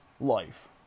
Life